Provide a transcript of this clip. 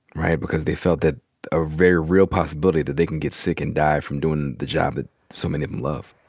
right, because they felt that ah very real possibility that they can get sick and die from doin' the job that so many of em love.